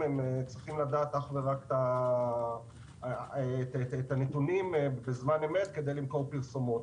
צריכים לדעת אך ורק את הנתונים בזמן אמת כדי למכור פרסומת.